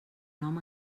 nom